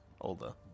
Older